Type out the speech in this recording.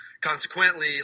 Consequently